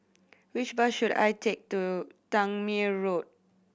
which bus should I take to Tangmere Road